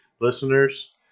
listeners